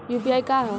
UPI का ह?